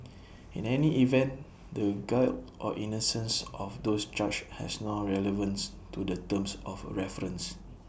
in any event the guilt or innocence of those charged has no relevance to the terms of reference